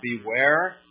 Beware